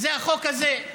וזה החוק הזה,